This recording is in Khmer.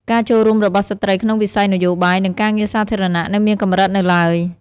ការចូលរួមរបស់ស្ត្រីក្នុងវិស័យនយោបាយ និងការងារសាធារណៈនៅមានកម្រិតនៅឡើយ។